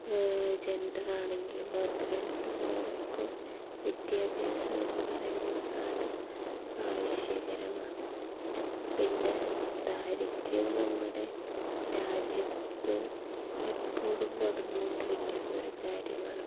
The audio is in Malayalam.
ജെൻഡർ ആണെങ്കിലും അവർക്ക് രണ്ട് പേർക്കും വിദ്യാഭ്യാസം എന്നു പറയുന്ന സാധനം ആവശ്യകരമാണ് പിന്നെ ദാരിദ്യ്രം നമ്മുടെ രാജ്യത്ത് എപ്പോഴും നടന്നുകൊണ്ടിരിക്കുന്ന ഒരു കാര്യമാണ്